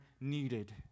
needed